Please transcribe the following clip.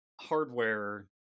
hardware